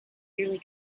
yearly